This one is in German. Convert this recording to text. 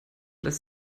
lässt